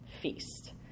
feast